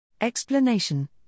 Explanation